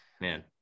man